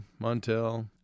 Montel